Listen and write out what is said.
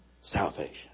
salvation